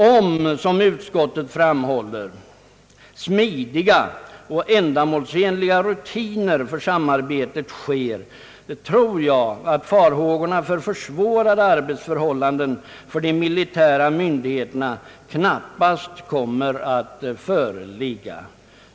Om, som utskottet framhåller, smidiga och ändamålsenliga rutiner för samarbetet tillskapas, tror jag att farhågor na för försvårade arbetsförhållanden för de militära myndigheterna knappast kommer att besannas.